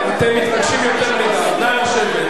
אם לא תיתן לו עשר דקות לא תהיה כנסת.